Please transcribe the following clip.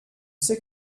sais